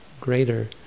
greater